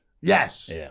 Yes